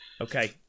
Okay